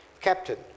Captain